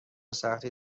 سختی